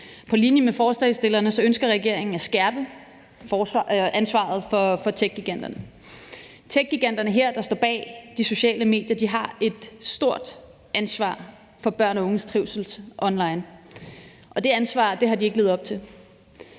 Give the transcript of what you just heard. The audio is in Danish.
På linje med forslagsstillerne ønsker regeringen at skærpe ansvaret for techgiganterne. Techgiganterne, der står bag de sociale medier, har et stort ansvar for børn og unges trivsel online, og det ansvar har de ikke levet op til.